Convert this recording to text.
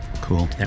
Cool